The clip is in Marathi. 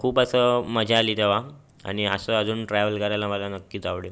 खूप असं मजा आली तेव्हा आणि असं अजून ट्रॅवल करायला मला नक्कीच आवडेल